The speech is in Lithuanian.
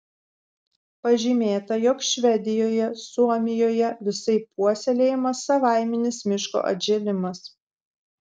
pažymėta jog švedijoje suomijoje visaip puoselėjamas savaiminis miško atžėlimas